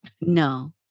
No